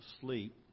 sleep